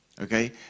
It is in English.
Okay